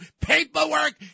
paperwork